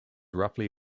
roughly